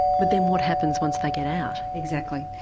but then what happens once they get out? exactly.